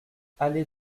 allée